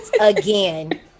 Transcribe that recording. again